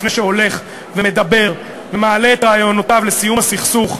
לפני שהוא הולך ומדבר ומעלה את רעיונותיו לסיום הסכסוך,